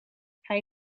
hij